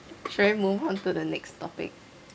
should we move on to the next topic